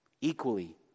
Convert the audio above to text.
equally